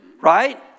right